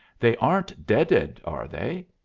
they aren't deaded, are they?